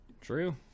True